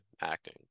acting